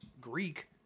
Greek